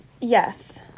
Yes